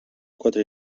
quatre